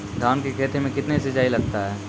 धान की खेती मे कितने सिंचाई लगता है?